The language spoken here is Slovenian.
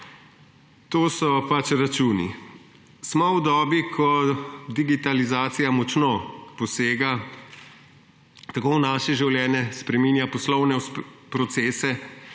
to so računi. Smo v dobi, ko digitalizacija močno posega tako v naše življenje, spreminja poslovne procese.